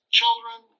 children